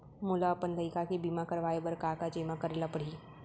मोला अपन लइका के बीमा करवाए बर का का जेमा करे ल परही?